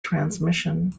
transmission